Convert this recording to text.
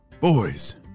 Boys